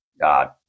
God